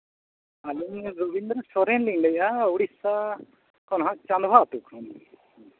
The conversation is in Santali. ᱟᱹᱞᱤᱧ ᱫᱚ ᱨᱚᱵᱤᱱᱫᱨᱚ ᱥᱚᱨᱮᱱ ᱞᱤᱧ ᱞᱟᱹᱭᱮᱫᱼᱟ ᱳᱰᱤᱥᱟ ᱠᱷᱚᱱ ᱦᱟᱸᱜ ᱪᱟᱸᱫᱽᱦᱟ ᱟᱛᱳ ᱠᱷᱚᱱ